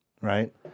right